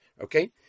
Okay